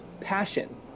passion